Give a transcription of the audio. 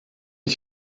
est